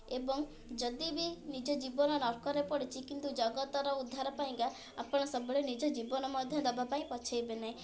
ଏବଂ ଯଦିବି ନିଜ ଜୀବନ ନର୍କରେ ପାଡ଼ିଛି କିନ୍ତୁ ଜଗତର ଉଦ୍ଧାର ପାଇଁକା ଆପଣ ସବୁବେଳେ ନିଜ ଜୀବନ ମଧ୍ୟ ଦେବାକୁ ପଛାଇବେ ନାହିଁ